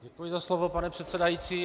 Děkuji za slovo, pane předsedající.